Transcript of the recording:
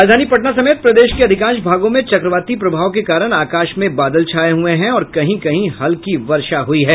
राजधानी पटना समेत प्रदेश के अधिकांश भागों में चक्रवाती प्रभाव के कारण आकाश में बादल छाये हुए हैं और कहीं कहीं हल्की वर्षा हुई है